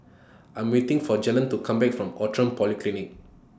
I Am waiting For Jalen to Come Back from Outram Polyclinic